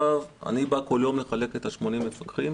אני כל יום מחלק את ה-80 מפקחים